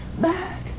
back